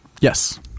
Yes